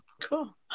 cool